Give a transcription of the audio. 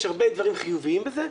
יש הרבה דברים חיוביים בזה.